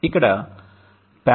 ఇక్కడ parallel